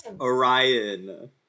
Orion